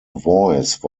voice